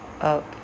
up